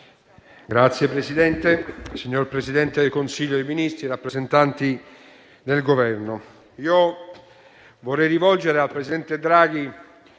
Signor Presidente, signor Presidente del Consiglio dei ministri, rappresentanti del Governo, vorrei rivolgere al presidente Draghi